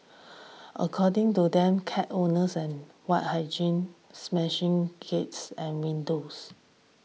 according to them cat owners and white hygiene meshing gates and windows